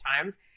times